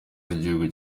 z’igihugu